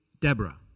Deborah